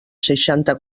seixanta